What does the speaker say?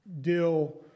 deal